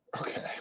Okay